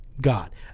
God